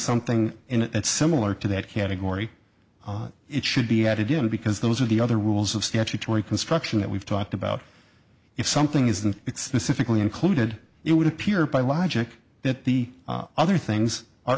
something in it similar to that category it should be added in because those are the other rules of statutory construction that we've talked about if something isn't specific and included it would appear by logic that the other things are